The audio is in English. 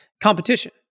competition